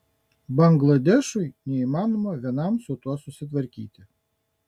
bangladešui neįmanoma vienam su tuo susitvarkyti